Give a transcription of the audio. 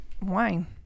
wine